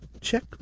check